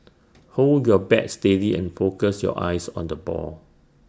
hold your bat steady and focus your eyes on the ball